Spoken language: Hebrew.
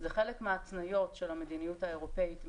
זה חלק מההתניות של המדיניות האירופאית,